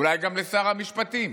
אולי גם לשר המשפטים,